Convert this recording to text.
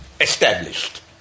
established